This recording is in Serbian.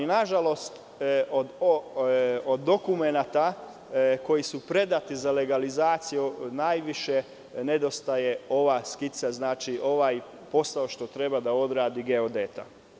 Nažalost, od dokumenata koji su predati za legalizaciju najviše nedostaje ova skica, ovaj posao koji treba da odradi geodet.